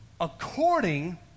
according